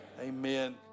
amen